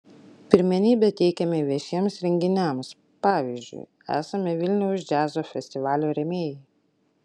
pirmenybę teikiame viešiems renginiams pavyzdžiui esame vilniaus džiazo festivalio rėmėjai